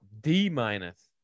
D-minus